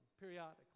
periodically